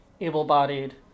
able-bodied